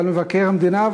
ועל מבקר המדינה,